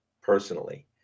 personally